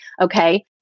okay